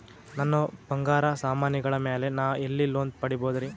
ನನ್ನ ಬಂಗಾರ ಸಾಮಾನಿಗಳ ಮ್ಯಾಲೆ ನಾ ಎಲ್ಲಿ ಲೋನ್ ಪಡಿಬೋದರಿ?